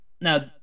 now